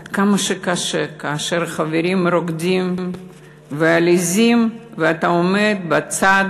עד כמה קשה כאשר חברים רוקדים עליזים ואתה עומד בצד,